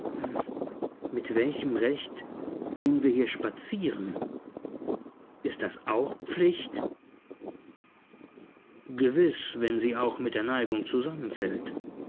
mit welchem recht gehen wir hier spazieren ist das auch pflicht gewiß wenn sie auch mit der neigung zusammenfällt